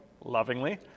lovingly